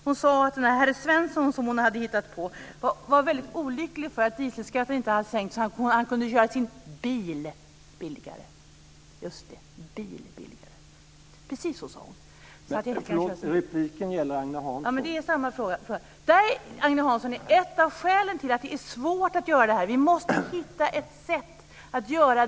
Hon sade att herr Svensson, som hon hade hittat på, var väldigt olycklig för att dieselskatten inte hade sänkts så att han kunde köra sin bil billigare.